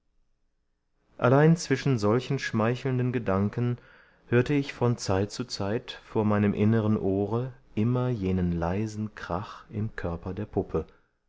allein zwischen solchen schmeichelnden gedanken hörte ich von zeit zu zeit vor meinem inneren ohre immer jenen leisen krach im körper der puppe